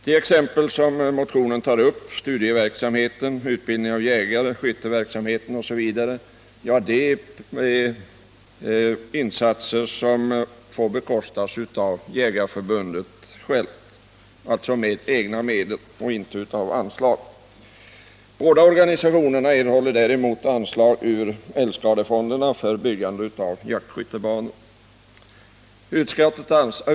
De exempel som motionen tar upp — studieverksamhet, utbildning av jägare, skytteverksamhet osv. — är insatser som får bekostas av Jägareförbundet självt med egna medel och inte genom anslag. Båda organisationerna erhåller däremot anslag ur älgskadefonderna för byggande av jaktskyttebanor.